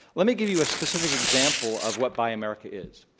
let me give you a specific example of what buy america is.